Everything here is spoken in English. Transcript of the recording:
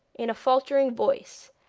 in a faltering voice,